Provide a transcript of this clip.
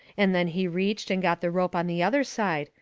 and then he reached and got the rope on the other side,